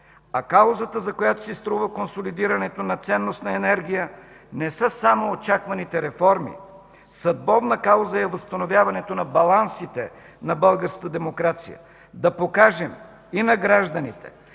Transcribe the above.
А каузата, за която си струва консолидирането на ценностна енергия, не са само очакваните реформи. Съдбовна кауза е възстановяването на балансите на българската демокрация – да покажем и на гражданите,